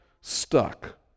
stuck